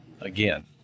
again